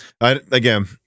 Again